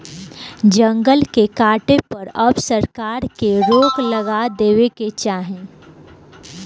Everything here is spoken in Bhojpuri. जंगल के काटे पर अब सरकार के रोक लगा देवे के चाही